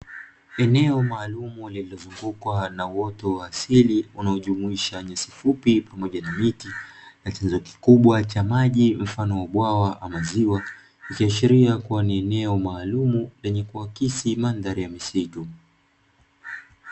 Eneo maalumu lililozungukwa na uoto wa asili unaojumuisha nyasi fupi pamoja na miti na chanzo kikubwa cha maji mfano wa bwawa ama ziwa, kuashiria kuwa ni eneo maalumu lenye kuakisi mandhari ya misitu.